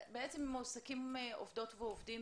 בעצם מועסקים עובדים ועובדים